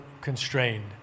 constrained